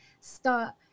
start